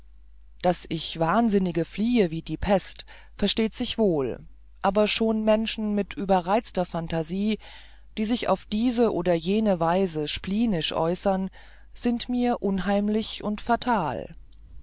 daß ich wahnsinnige fliehe wie die pest versteht sich wohl aber schon menschen von überreizter phantasie die sich auf diese oder jene weise spleenisch äußert sind mir unheimlich und fatal